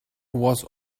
was